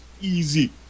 easy